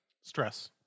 Stress